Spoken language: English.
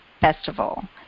Festival